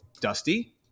dusty